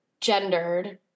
gendered